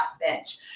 bench